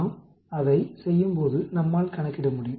நாம் அதை செய்யும்போது நம்மால் கணக்கிட முடியும்